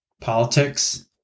politics